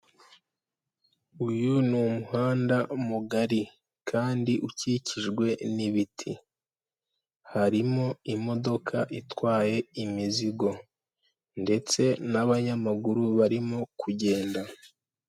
Uyu ni umuhanda mugari kandi ukikijwe n'ibiti, harimo imodoka itwaye imizigo ndetse n'abanyamaguru barimo kugenda.